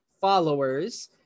followers